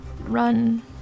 run